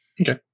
Okay